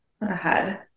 ahead